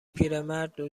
پیرمردو